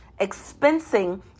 expensing